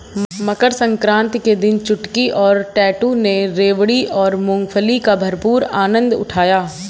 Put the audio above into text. मकर सक्रांति के दिन चुटकी और टैटू ने रेवड़ी और मूंगफली का भरपूर आनंद उठाया